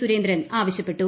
Surendran ആവ്കൾപ്പെട്ടു